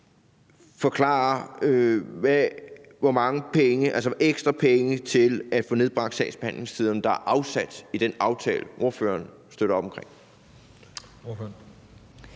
forklare, hvor mange penge – altså ekstra penge til at få nedbragt sagsbehandlingstiderne – der er afsat i den aftale, ordføreren bakker op om? Kl.